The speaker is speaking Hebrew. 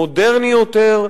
מודרני יותר,